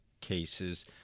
cases—